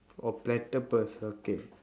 oh platypus okay